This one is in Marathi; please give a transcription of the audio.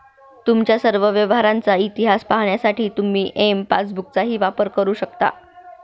तुमच्या सर्व व्यवहारांचा इतिहास पाहण्यासाठी तुम्ही एम पासबुकचाही वापर करू शकता